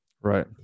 Right